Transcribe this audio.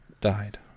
died